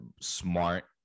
Smart